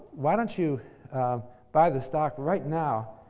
why don't you buy the stock right now,